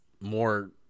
more